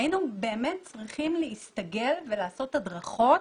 היינו באמת צריכים להסתגל ולעשות הדרכות